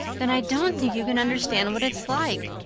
then i don't think you can understand what it's like.